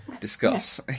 Discuss